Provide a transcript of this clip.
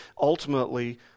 ultimately